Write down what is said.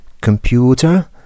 Computer